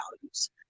values